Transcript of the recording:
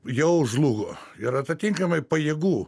jau žlugo ir atatinkamai pajėgų